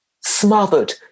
Smothered